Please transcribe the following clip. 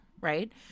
right